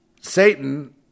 Satan